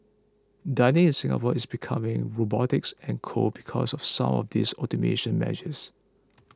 dining in Singapore is becoming robotics and cold because of some of these automation measures